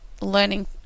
learning